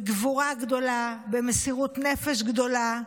בגבורה גדולה, במסירות נפש גדולה.